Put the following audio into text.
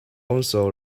also